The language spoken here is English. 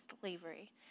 slavery